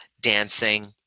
dancing